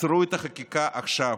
עצרו את החקיקה עכשיו.